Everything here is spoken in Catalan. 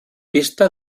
pista